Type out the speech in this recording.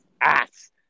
ass